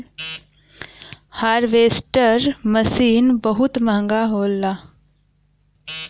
harvester machine बहुत महंगा होला